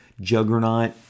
Juggernaut